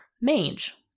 mange